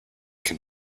can